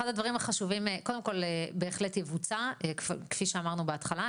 קודם כל, בהחלט יבוצע, כפי שאמרנו בהתחלה.